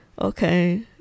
Okay